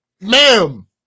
ma'am